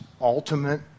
ultimate